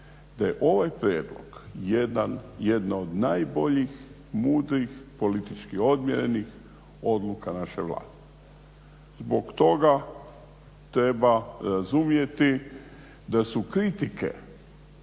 da je ovaj prijedlog jedan od najboljih mudrih političkih odmjerenih odluka naše Vlade. Zbog toga treba razumjeti da su kritike